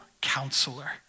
counselor